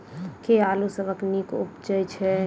केँ आलु सबसँ नीक उबजय छै?